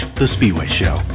thespeedwayshow